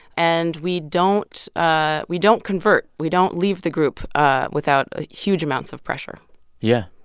and we don't ah we don't convert. we don't leave the group ah without ah huge amounts of pressure yeah.